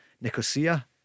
Nicosia